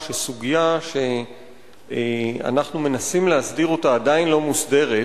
שסוגיה שאנחנו מנסים להסדיר אותה עדיין לא מוסדרת,